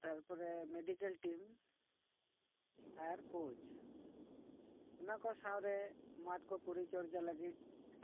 ᱛᱟᱨᱯᱚᱨᱮ medical team ᱟᱨ coach ᱚᱱᱟ ᱠᱚ ᱥᱟᱶ ᱨᱮ ᱢᱟᱴᱠᱚ ᱯᱚᱨᱤᱪᱚᱨᱡᱟ ᱞᱟᱹᱜᱤᱫ